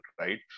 right